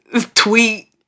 tweet